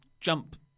jump